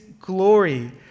glory